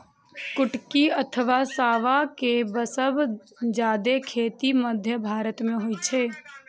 कुटकी अथवा सावां के सबसं जादे खेती मध्य भारत मे होइ छै